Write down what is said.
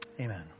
Amen